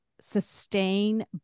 sustain